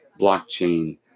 blockchain